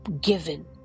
given